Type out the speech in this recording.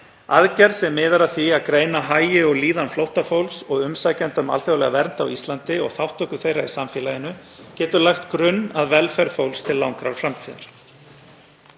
Aðgerð sem miðar að því að greina hagi og líðan flóttafólks og umsækjenda um alþjóðlega vernd á Íslandi og þátttöku þeirra í samfélaginu getur lagt grunn að velferð fólks til langrar framtíðar.